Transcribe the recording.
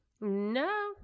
No